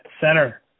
center